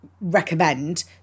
recommend